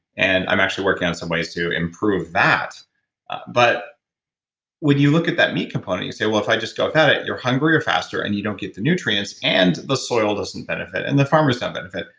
and i'm actually working on some way to improve that but when you look at that meat component, you say well if i just go with that, you're hungrier faster and you don't get the nutrients, and the soil doesn't benefit and the farmers don't benefit.